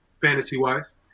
fantasy-wise